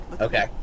Okay